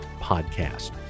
podcast